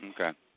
Okay